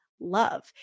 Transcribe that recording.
love